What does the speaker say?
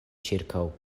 ĉirkaŭ